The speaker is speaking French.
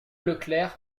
leclerc